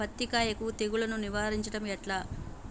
పత్తి కాయకు తెగుళ్లను నివారించడం ఎట్లా?